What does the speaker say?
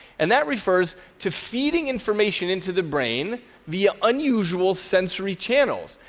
and that refers to feeding information into the brain via unusual sensory channels,